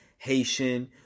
Haitian